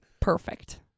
Perfect